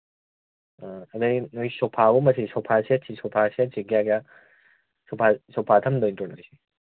ꯑꯥ ꯑꯗꯒꯤ ꯅꯣꯏ ꯁꯣꯐꯥꯒꯨꯝꯕꯁꯤ ꯁꯣꯐꯥ ꯁꯦꯠꯁꯤ ꯁꯣꯐꯥ ꯁꯦꯠꯁꯤ ꯀꯌꯥ ꯀꯌꯥ ꯁꯣꯐꯥ ꯁꯣꯐꯥ ꯊꯝꯗꯣꯏ ꯅꯠꯇ꯭ꯔꯣ ꯅꯣꯏꯁꯤ